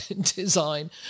design